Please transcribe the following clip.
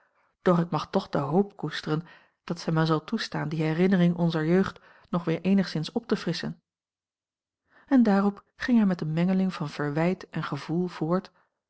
doch ik mag toch de hoop koesteren dat zij mij zal toestaan die herinnering onzer jeugd nog weer eenigszins op te frisschen en daarop ging hij met eene mengeling van verwijt en gevoel voort